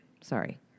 Sorry